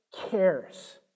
cares